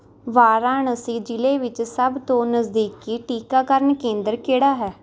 ਵਾਰਾਣਸੀ ਜ਼ਿਲ੍ਹੇ ਵਿੱਚ ਸਭ ਤੋਂ ਨਜ਼ਦੀਕੀ ਟੀਕਾਕਰਨ ਕੇਂਦਰ ਕਿਹੜਾ ਹੈ